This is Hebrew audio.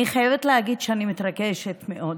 אני חייבת להגיד שאני מתרגשת מאוד,